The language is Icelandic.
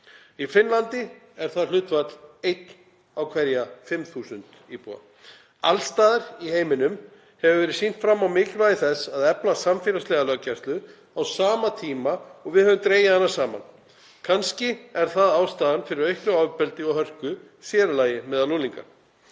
Í Finnlandi er það hlutfall einn á hverja 5.000 íbúa. Alls staðar í heiminum hefur verið sýnt fram á mikilvægi þess að efla samfélagslega löggæslu á sama tíma og við höfum dregið hana saman. Kannski er það ástæðan fyrir auknu ofbeldi og hörku, sér í lagi meðal unglinga.